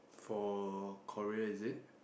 for Korea is it